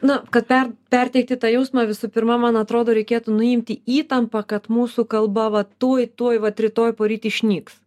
na kad per perteikti tą jausmą visų pirma man atrodo reikėtų nuimti įtampą kad mūsų kalba va tuoj tuoj vat rytoj poryt išnyks